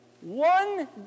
one